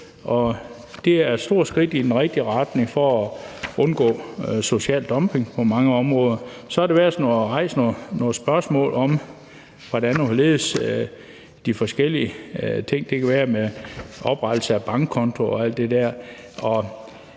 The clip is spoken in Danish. Det er et stort skridt i den rigtige retning for at undgå social dumping på mange områder. Så har der været rejst nogle spørgsmål om, hvordan og hvorledes de forskellige ting er, det kan være med oprettelse af bankkonto og alt det der,